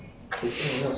我也是